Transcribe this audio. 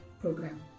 program